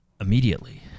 immediately